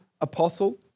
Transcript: apostle